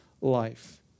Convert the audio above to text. life